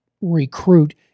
recruit